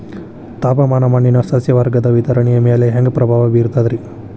ತಾಪಮಾನ ಮಣ್ಣಿನ ಸಸ್ಯವರ್ಗದ ವಿತರಣೆಯ ಮ್ಯಾಲ ಹ್ಯಾಂಗ ಪ್ರಭಾವ ಬೇರ್ತದ್ರಿ?